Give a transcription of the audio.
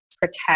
protect